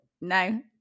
No